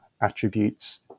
attributes